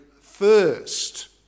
first